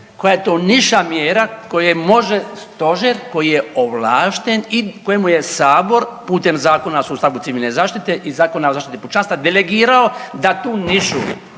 koje može stožer koji je ovlašten i kojem je sabor putem Zakona o sustavu civilne zašite i Zakona o zaštiti pučanstva delegirao da tu nišu